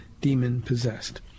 demon-possessed